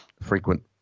frequent